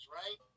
right